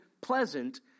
pleasant